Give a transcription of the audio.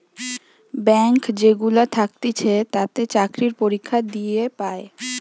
bank যেগুলা থাকতিছে তাতে চাকরি পরীক্ষা দিয়ে পায়